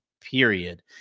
period